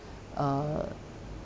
err